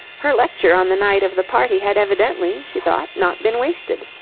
her lecture on the night of the party had evidently, she thought, not been wasted.